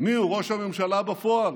מיהו ראש הממשלה בפועל: